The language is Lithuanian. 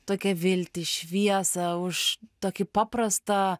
tokią viltį šviesą už tokį paprastą